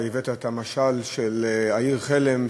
אתה הבאת את המשל של העיר חלם,